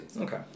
Okay